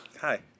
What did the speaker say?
Hi